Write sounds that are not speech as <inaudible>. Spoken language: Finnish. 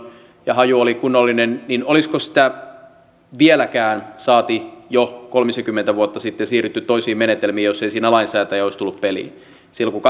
ja haju oli kunnollinen niin olisiko vieläkään saati jo kolmisenkymmentä vuotta sitten siirrytty toisiin menetelmiin jos ei siinä lainsäätäjä olisi tullut peliin silloin kun <unintelligible>